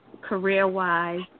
career-wise